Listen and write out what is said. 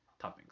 Toppings